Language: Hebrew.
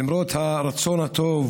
למרות הרצון הטוב